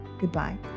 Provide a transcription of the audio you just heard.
Goodbye